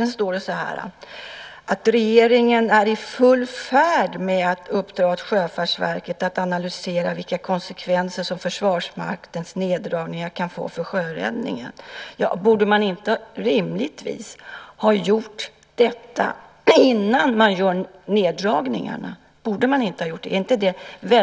I svaret sägs också att regeringen är i full färd med att uppdra åt Sjöfartsverket att analysera vilka konsekvenser Försvarsmaktens neddragningar kan få för sjöräddningen. Borde man inte rimligtvis ha gjort detta innan man gör neddragningarna? Är det